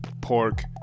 pork